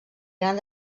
gran